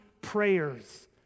prayers